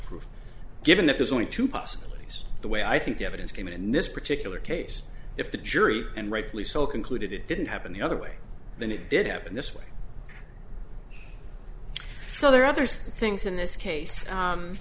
proof given that there's only two possibilities the way i think the evidence came out in this particular case if the jury and rightfully so concluded it didn't happen the other way than it did happen this way so there are other things in this case